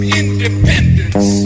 independence